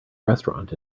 restaurant